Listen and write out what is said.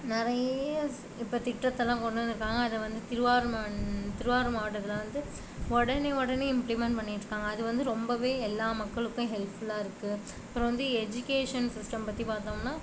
நெறைய இப்ப திட்டத்தெல்லாம் கொண்டு வந்திருக்காங்க அது வந்து திருவாரூர் மா திருவாரூர் மாவட்டத்தில் வந்து உடனே உடனே இம்ப்ளிமெண்ட் பண்ணிட்டு இருக்காங்க அது வந்து ரொம்பவே எல்லா மக்களுக்கும் ஹெல்ப்புல்லா இருக்கு அப்புறம் வந்து எஜுக்கேஷன் சிஸ்டம் பற்றி பார்த்தோம்னா